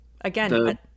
Again